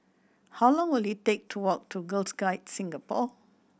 how long will it take to walk to Girls Guides Singapore